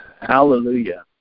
Hallelujah